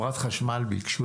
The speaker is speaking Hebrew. חברת חשמל ביקשו,